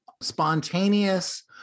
spontaneous